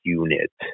unit